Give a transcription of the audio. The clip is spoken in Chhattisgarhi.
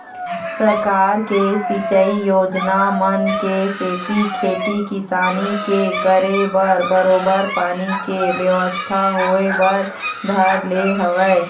सरकार के सिंचई योजना मन के सेती खेती किसानी के करे बर बरोबर पानी के बेवस्था होय बर धर ले हवय